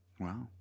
Wow